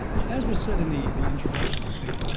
well, as was said in the the introduction i think,